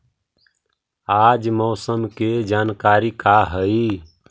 आज मौसम के जानकारी का हई?